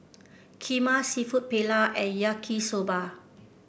kheema seafood Paella and Yaki Soba